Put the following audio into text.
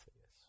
yes